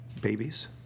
babies